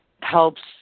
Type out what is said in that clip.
helps